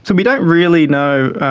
so we don't really know